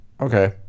okay